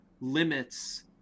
limits